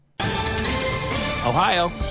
Ohio